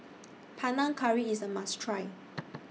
Panang Curry IS A must Try